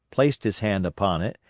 placed his hand upon it,